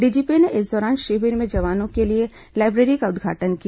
DGP ने इस दौरान शिविर में जवानों के लिए लाइब्रेरी का उद्घाटन किया